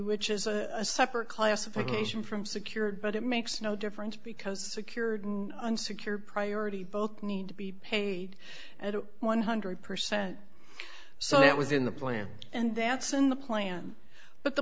which is a separate classification from secured but it makes no difference because security and secure priority both need to be paid at one hundred percent so it was in the plan and that's in the plan but the